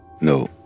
No